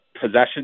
possession